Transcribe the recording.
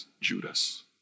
Judas